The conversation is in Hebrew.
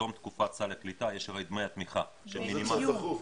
בתום תקופת סל הקליטה יש הרי דמי תמיכה --- זה צריך דחוף,